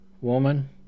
Woman